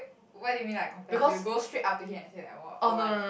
what do you mean I confess you go straight up to him and like !woah!